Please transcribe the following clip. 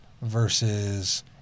versus